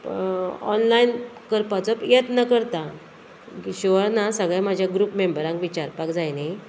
online करपाचो यत्न करता शुअर ना सगळे म्हाज्या ग्रूप मेंबरांक विचारपाक जाय न्ही